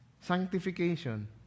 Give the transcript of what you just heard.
Sanctification